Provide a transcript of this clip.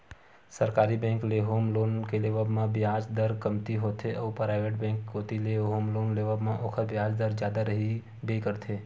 सरकारी बेंक ले home loan के लेवब म बियाज दर कमती होथे अउ पराइवेट बेंक कोती ले होम लोन लेवब म ओखर बियाज दर जादा रहिबे करही